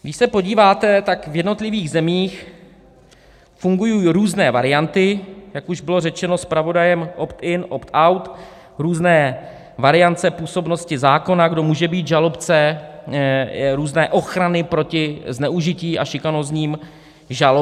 Když se podíváte, v jednotlivých zemích fungují různé varianty, jak už bylo řečeno zpravodajem, optin, optout, různé variace působnosti zákona, kdo může být žalobce, různé ochrany proti zneužití a šikanózním žalobám.